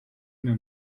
ina